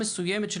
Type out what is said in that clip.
כן.